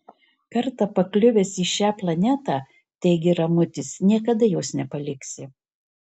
kartą pakliuvęs į šią planetą teigė ramutis niekada jos nepaliksi